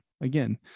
again